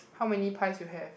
how many pies you have